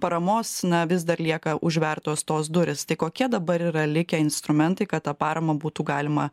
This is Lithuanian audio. paramos na vis dar lieka užvertos tos durys tai kokie dabar yra likę instrumentai kad tą paramą būtų galima